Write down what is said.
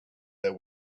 there